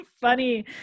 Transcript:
funny